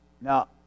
Now